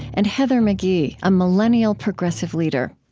and heather mcghee, a millennial progressive leader.